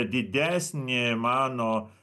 didesnė mano